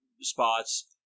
spots